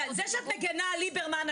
זה שאת מגינה על ליברמן,